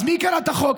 אז מי קרא את החוק,